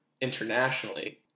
internationally